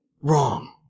wrong